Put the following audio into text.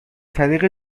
طریق